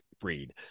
breed